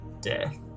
death